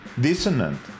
dissonant